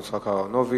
מר יצחק אהרונוביץ.